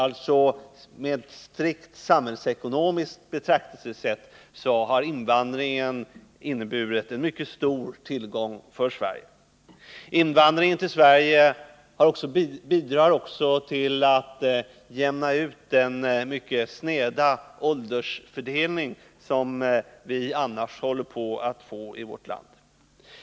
Ur strikt samhällsekonomisk synvinkel har alltså invandringen inneburit en mycket stor tillgång för Sverige. Invandringen till Sverige bidrar också till en utjämning av åldersfördelningen bland befolkningen i vårt land, vilken annars skulle ha varit mycket sned.